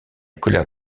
colère